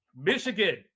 Michigan